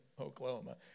Oklahoma